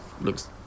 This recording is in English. Looks